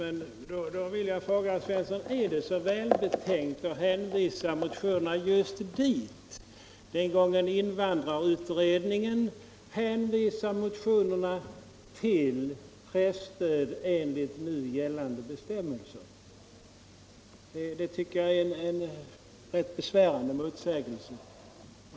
Men då vill jag fråga herr Svensson: Är det så välbetänkt att hänvisa motionerna just dit, när invandrarutredningen hänvisar till presstöd enligt nu gällande bestämmelser? Det tycker jag är en rätt besvärande motsägelse.